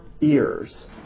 ears